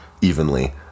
evenly